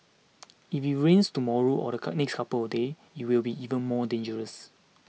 if it rains tomorrow or the cut next couple of days it will be even more dangerous